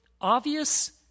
obvious